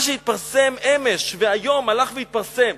מה שהתפרסם אמש והיום הלך והתפרסם,